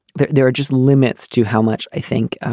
there there are just limits to how much i think